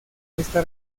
esta